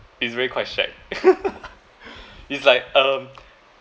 it's really quite shag it's like um